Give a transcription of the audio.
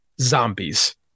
zombies